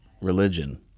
religion